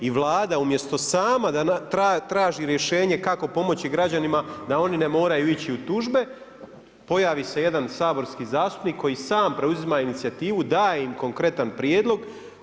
I Vlada umjesto sama da traži rješenje kako pomoći građanima da oni ne moraju ići u tužbe pojavi se jedan saborski zastupnik koji sam preuzima inicijativu, daje im konkretan prijedlog.